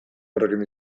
horrekin